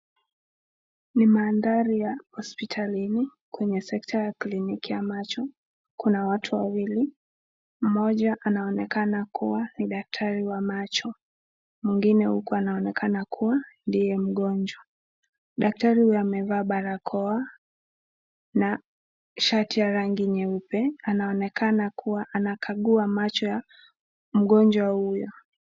Ni mandhari ya hospitalini kwenye sekta ya kliniki ya macho. Kuna watu wawili, mmoja anaonekana kuwa ni daktari wa macho mwingine uko anaonekana kuwa ndiye mgonjwa. Daktari huyo amevaa barakoa na shati ya rangi nyeupe, anaonekana kuwa anagakua macho ya mgonjwa huyo.